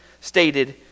stated